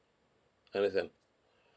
understand